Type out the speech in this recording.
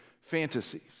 fantasies